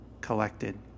collected